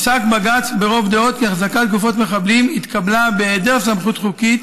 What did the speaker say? פסק בג"ץ ברוב דעות כי החזקת גופות מחבלים התקבלה בהיעדר סמכות חוקית,